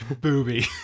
Booby